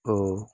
ଓ